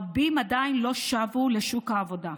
רבים עדיין לא שבו לשוק העבודה.